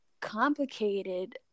complicated